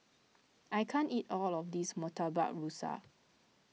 I can't eat all of this Murtabak Rusa